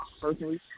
personally